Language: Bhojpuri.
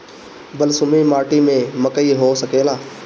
बलसूमी माटी में मकई हो सकेला?